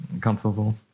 comfortable